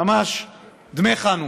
ממש דמי חנוכה.